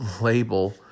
label